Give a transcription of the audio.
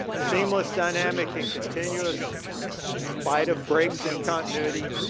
seamless dynamic and continuous in spite of breaks in continuity.